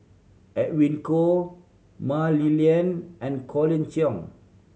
Edwin Koo Mah Li Lian and Colin Cheong